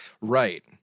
Right